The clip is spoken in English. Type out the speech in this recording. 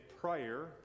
prior